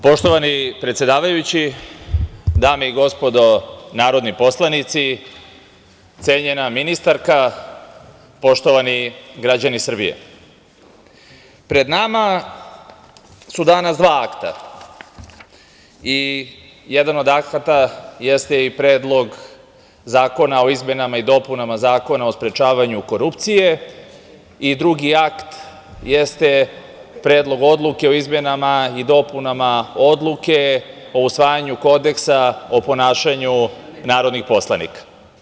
Poštovani predsedavajući, dame i gospodo narodni poslanici, cenjena ministarka, poštovani građani Srbije, pred nama su danas dva akta i jedan od akata jeste i Predlog zakona o izmenama i dopunama Zakona o sprečavanju korupcije i drugi akt jeste Predlog odluke o izmenama i dopunama Odluke o usvajanju Kodeksa o ponašanju narodnih poslanika.